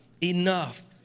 Enough